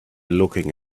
looking